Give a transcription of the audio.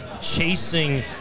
chasing